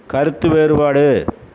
கருத்து வேறுபாடு